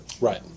Right